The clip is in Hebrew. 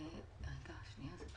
המועצה הארצית הקרובה